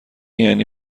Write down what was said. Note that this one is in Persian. یعنی